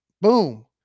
Boom